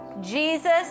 Jesus